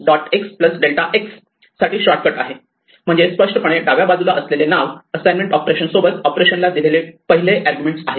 x delta x साठी shortcut आहे म्हणजे स्पष्टपणे डाव्या बाजूला असलेले नाव असाइनमेंट ऑपरेशन सोबत ऑपरेशनला दिलेले पहिले आर्ग्युमेंट आहे